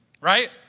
Right